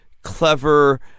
clever